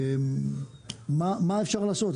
מה אפשר לעשות?